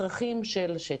לצרכים של השטח.